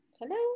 Hello